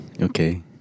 okay